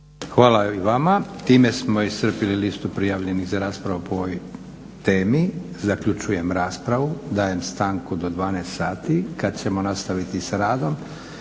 Hvala i vama. Time smo iscrpili listu prijavljenih za raspravu po ovoj temi. Zaključujem raspravu. Dajem stanku do 12 sati kad ćemo nastaviti s radom